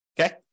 Okay